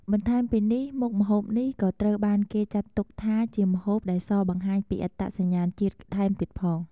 បន្ថែមពីនេះមុខម្ហូបនេះក៏ត្រូវបានគេចាត់ទុកថា ជាម្ហូបដែលសរបង្ហាញពីអត្តសញ្ញាណជាតិថែមទៀតផង។